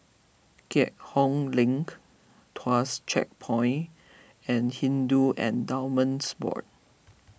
Keat Hong Link Tuas Checkpoint and Hindu Endowments Board